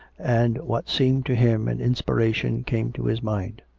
and what seemed to him an inspiration came to his mind.